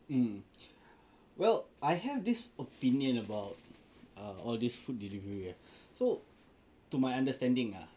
mm well I have this opinion about uh all these food delivery ah so to my understanding ah